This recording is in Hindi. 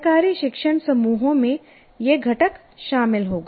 सहकारी शिक्षण समूहों में यह घटक शामिल होगा